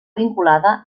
vinculada